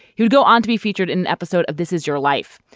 he would go on to be featured in episode of this is your life.